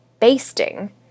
basting